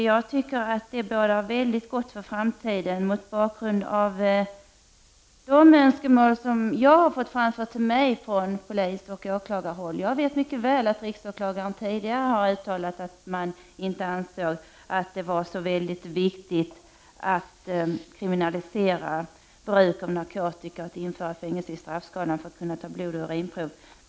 Jag tycker att det bådar gott för framtiden mot bakgrund av de önskemål som jag har fått framfört till mig från polisoch åklagarhåll. Jag vet mycket väl att riksåklagaren tidigare har uttalat att man inte anser det så viktigt att kriminalisera bruk av narkotika, införa fängelsestraff i straffskalan och att kunna ta blodoch urinprov.